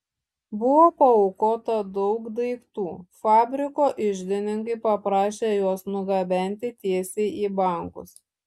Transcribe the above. buvo paaukota daug daiktų fabriko iždininkai paprašė juos nugabenti tiesiai į bankus